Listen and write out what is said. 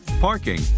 parking